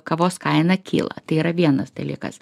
kavos kaina kyla tai yra vienas dalykas